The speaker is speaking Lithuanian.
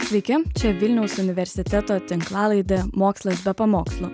sveiki čia vilniaus universiteto tinklalaidė mokslas be pamokslų